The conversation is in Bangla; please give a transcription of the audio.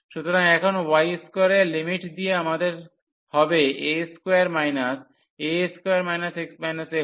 সুতরাং এখন y2 এর লিমিট দিয়ে আমাদের হবে a2 a2 2